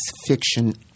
fiction